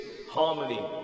harmony